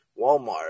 Walmart